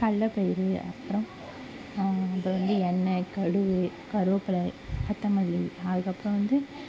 கடல பயிறு அப்புறம் கொஞ்சோண்டு எண்ணை கடுகு கருவேப்பிலை கொத்தமல்லி அதுக்கப்புறம் வந்து